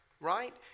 right